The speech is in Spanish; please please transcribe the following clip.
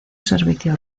servicio